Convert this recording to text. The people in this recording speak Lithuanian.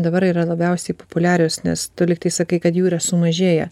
dabar yra labiausiai populiarios nes tu lygtai sakai kad jų yra sumažėję